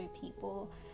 people